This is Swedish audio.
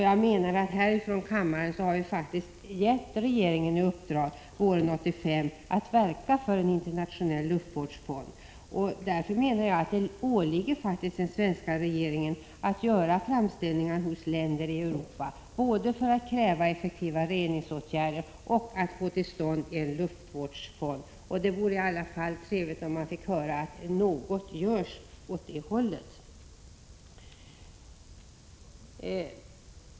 Jag menar att vi här ifrån kammaren år 1985 gav regeringen i uppdrag att verka för en internationell luftvårdsfond. Därför åligger det faktiskt den svenska regeringen att göra framställningar hos länder i Europa både för att kräva effektivare reningsåtgärder och för att få till stånd en luftvårdsfond. Det vore i alla fall trevligt om vi fick höra att något görs åt det hållet.